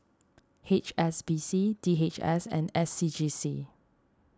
H S B C D H S and S C G C